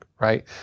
right